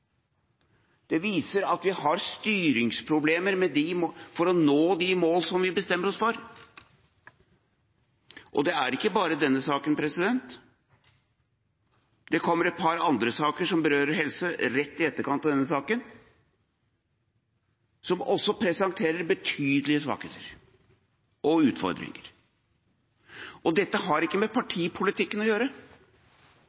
det viser at vi har styringsproblemer når det gjelder å nå de mål som vi bestemmer oss for. Det er ikke bare denne saken. Det kommer et par andre saker som berører helse, rett i etterkant av denne saken, som også presenterer betydelige svakheter og utfordringer. Og dette har ikke med